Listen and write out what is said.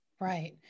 Right